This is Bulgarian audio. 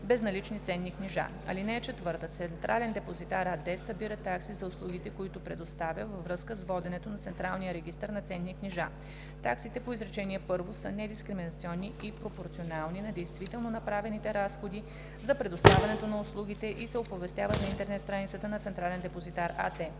безналични ценни книжа. (4) „Централен депозитар“ АД събира такси за услугите, които предоставя във връзка с воденето на централния регистър на ценни книжа. Таксите по изречение първо са недискриминационни и пропорционални на действително направените разходи за предоставянето на услугите и се оповестяват на интернет страницата на „Централен депозитар“ АД.“